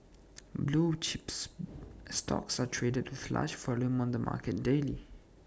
blue chips stocks are traded with large volume on the market daily